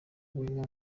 wenger